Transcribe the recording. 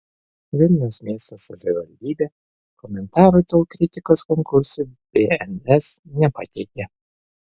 vilniaus miesto savivaldybė komentarų dėl kritikos konkursui bns nepateikė